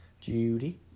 Judy